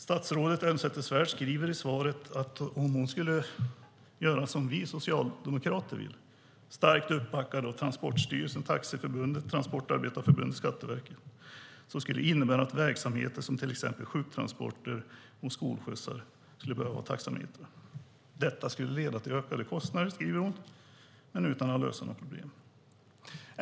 Statsrådet Elmsäter-Svärd skriver i svaret att om hon skulle göra som vi socialdemokrater vill, starkt uppbackade av Transportstyrelsen, Taxiförbundet, Transportarbetareförbundet och Skatteverket skulle det "innebära att verksamheter som exempelvis sjuktransporter, skolskjutsar med mera skulle behöva ha taxameter. Detta skulle vidare leda till ökade kostnader men utan att lösa något problem."